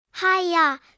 Hiya